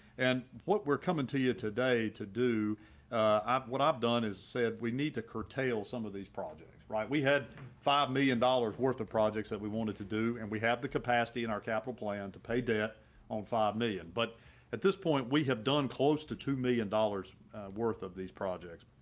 and what we're coming to you today to do, i've what i've done is said we need to curtail some of these projects, right, we had five million dollars worth of projects that we wanted to do, and we have the capacity in our capital plan to pay debt on five million, but at this point, we have done close to two million dollars worth of these projects.